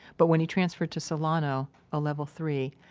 but when he transferred to solano, a level three,